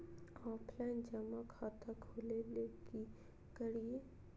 Offline जमा खाता खोले ले की करिए?